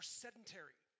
sedentary